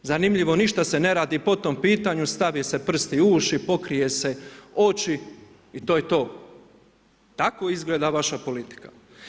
Zanimljivo, ništa se ne radi po tom pitanju, stavi se prst u uši, pokrije se oči i to je to. tako izgleda vaša politika.